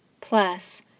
Plus